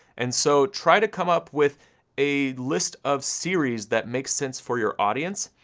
and so, try to come up with a list of series that makes sense for your audience,